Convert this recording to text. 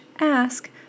ask